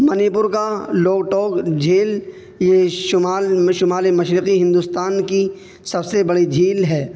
منی پور کا لوک ٹوک جھیل یہ شمال شمالی مشرقی ہندوستان کی سب سے بڑی جھیل ہے